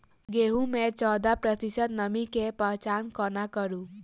गेंहूँ मे चौदह प्रतिशत नमी केँ पहचान कोना करू?